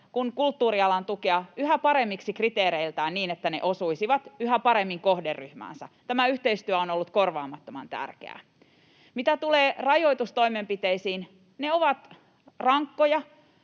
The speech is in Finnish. kuin kulttuurialan tukea, yhä paremmiksi kriteereiltään niin, että ne osuisivat yhä paremmin kohderyhmäänsä. Tämä yhteistyö on ollut korvaamattoman tärkeää. Mitä tulee rajoitustoimenpiteisiin, ne ovat rankkoja,